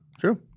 True